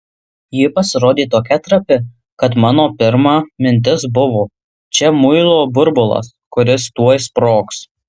ji pasirodė tokia trapi kad mano pirma mintis buvo čia muilo burbulas kuris tuoj sprogs